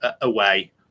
away